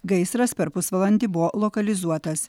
gaisras per pusvalandį buvo lokalizuotas